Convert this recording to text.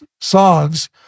songs